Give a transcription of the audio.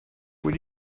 will